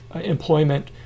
employment